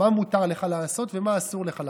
מה מותר לך לעשות ומה אסור לך לעשות.